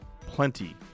Plenty